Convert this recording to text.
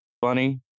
funny